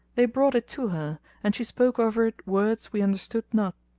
they brought it to her and she spoke over it words we understood not,